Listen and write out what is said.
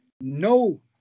no